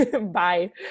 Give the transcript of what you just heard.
Bye